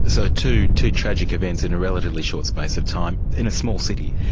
so two two tragic events in a relatively short space of time, in a small city.